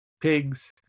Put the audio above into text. pigs